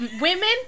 Women